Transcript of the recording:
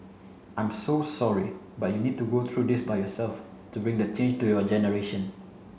I'm so sorry but you need to go through this by yourself to bring the change to your generation